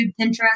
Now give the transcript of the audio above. Pinterest